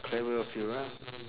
clever of you ah